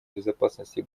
безопасности